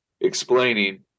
explaining